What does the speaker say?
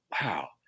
Wow